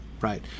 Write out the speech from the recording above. right